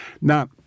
Now